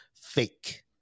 fake